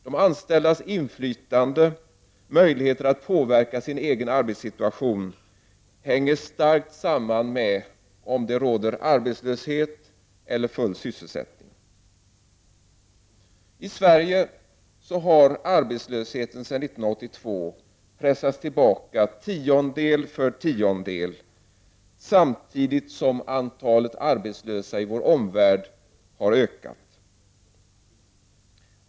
De anställdas inflytande och möjligheter att påverka sin egen arbetssituation hänger starkt samman med om det råder arbetslöshet eller full sysselsättning. I Sverige har arbetslösheten sedan 1982 pressats tillbaka tiondel för tiondel, samtidigt som antalet arbetslösa i vår omvärld har ökat.